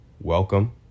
welcome